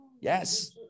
Yes